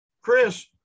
Chris